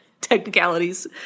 technicalities